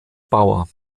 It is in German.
bauer